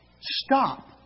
Stop